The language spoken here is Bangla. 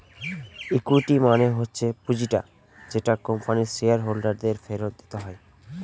ইকুইটি মানে হচ্ছে পুঁজিটা যেটা কোম্পানির শেয়ার হোল্ডার দের ফেরত দিতে হয়